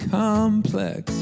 complex